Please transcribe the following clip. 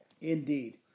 Indeed